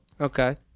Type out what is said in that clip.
Okay